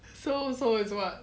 so so is what